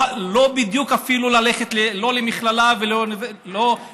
אפילו לא בדיוק כדי ללכת למכללה או לאוניברסיטה,